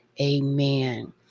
Amen